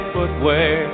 Footwear